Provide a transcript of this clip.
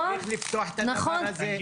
צריך לפתוח את הדבר הזה.